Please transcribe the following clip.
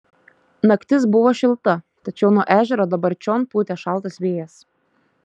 naktis buvo šilta tačiau nuo ežero dabar čion pūtė šaltas vėjas